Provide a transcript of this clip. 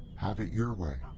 have it your way!